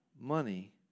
money